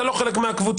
אתה לא חלק מהקבוצה,